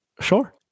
Sure